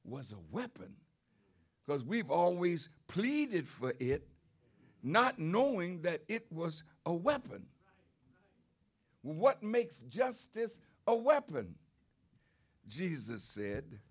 was a weapon because we've always pleaded for it not knowing that it was a weapon what makes justice a weapon jesus said